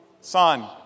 Son